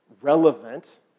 relevant